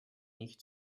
nicht